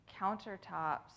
countertops